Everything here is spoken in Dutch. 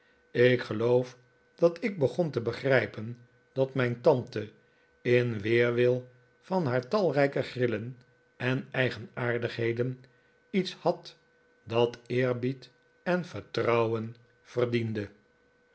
ik geloof dat ik begon te begrijpen dat mijn tante in weerwil van haar talrijke grillen en eigenaardigheden iets had dat eerbied en vertrouwen verdiende